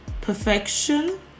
perfection